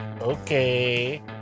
okay